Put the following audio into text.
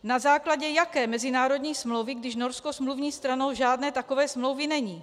Na základě jaké mezinárodní smlouvy, když Norsko smluvní stranou žádné takové smlouvy není?